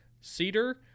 cedar